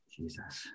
Jesus